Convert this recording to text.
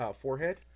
forehead